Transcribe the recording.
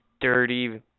Dirty